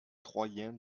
troyens